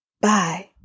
Bye